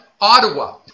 Ottawa